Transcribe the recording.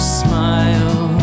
smile